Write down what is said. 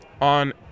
on